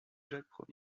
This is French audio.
jacques